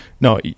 no